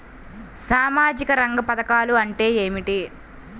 సామాజిక రంగ పధకాలు అంటే ఏమిటీ?